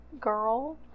girl